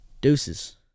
deuces